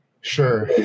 Sure